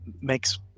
makes